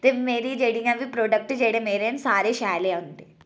ते मेरी जेह्डियां बी प्रोडक्ट जेह्डे मेरे सारे शैल ऐ होंदे